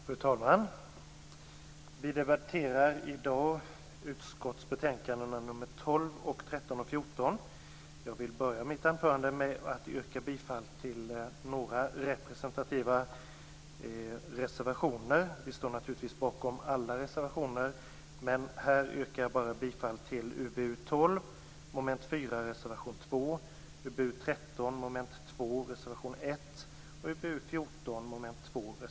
Fru talman! Vi debatterar i dag utskottsbetänkandena nr 12, 13 och 14. Jag vill börja mitt anförande med att yrka bifall till några representativa reservationer. Vi står naturligtvis bakom alla reservationer, men här yrkar jag bara bifall till UbU12, reservation 2 och UbU14, reservation 5 under mom. 2.